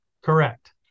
Correct